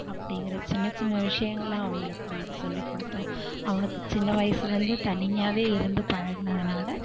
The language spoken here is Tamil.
அப்படிங்கிற சின்ன சின்ன விஷயங்கள அவங்களுக்கு நாங்கள் சொல்லிக் கொடுத்தோம் அவனுக்குச் சின்ன வயசுலேந்து தனியாகவே இருந்து பழகுனதுனால